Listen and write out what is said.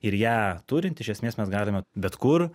ir ją turint iš esmės mes galime bet kur